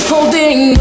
Holding